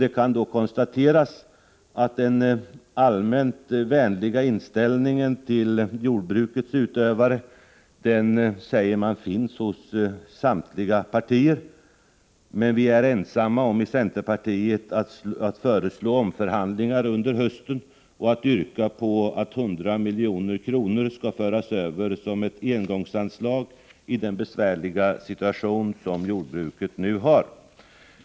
Det kan då konstateras att vi inom centerpartiet, trots den allmänt vänliga inställningen till jordbrukets utövare som samtliga partier säger sig ha, är ensamma om att föreslå omförhandlingar under hösten och att yrka att 100 milj.kr. skall föras över som ett engångsanslag med hänsyn till den besvärliga situation som jordbruket nu befinner sig i.